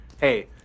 hey